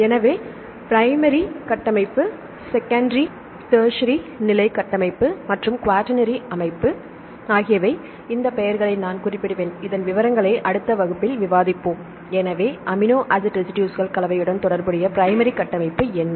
எனவே பிரைமரி கட்டமைப்பு secondary tertiary நிலை கட்டமைப்பு மற்றும் குவாட்டர்னரி அமைப்பு ஆகியவை இந்த பெயர்களை நான் குறிப்பிடுவேன் இதன் விவரங்களை அடுத்த வகுப்பில் விவாதிப்போம் எனவே அமினோ ஆசிட் ரெசிடுஸ்கள் கலவையுடன் தொடர்புடைய பிரைமரி கட்டமைப்பு என்ன